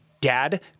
dad